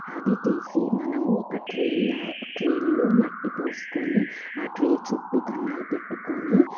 అవి తీసి మనము ఒక ట్రేల ట్రేలో మట్టి పోసుకొని ఆ ట్రే చుట్టూ కన్నాలు పెట్టుకొని